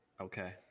Okay